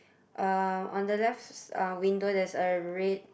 uh on the left uh window there's a red